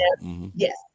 Yes